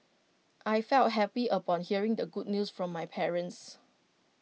I felt happy upon hearing the good news from my parents